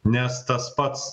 nes tas pats